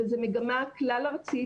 וזה מגמה כלל-ארצית,